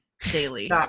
daily